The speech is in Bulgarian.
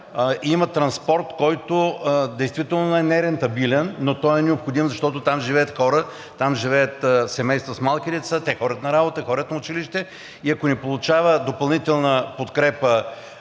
има транспорт, който действително е нерентабилен, но той е необходим, защото там живеят хора, семейства с малки деца, те ходят на работа, ходят на училище и ако не получава допълнителна подкрепа